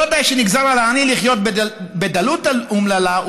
לא די שנגזר על עני לחיות בדלות אומללה,